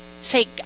Say